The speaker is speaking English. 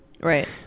Right